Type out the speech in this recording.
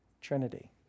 Trinity